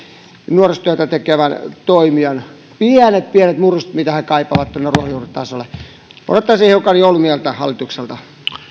nuorisotyötä tekevän toimijan pienet pienet muruset joita he kaipaavat tuonne ruohonjuuritasolle odottaisin hiukan joulumieltä hallitukselta